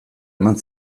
eman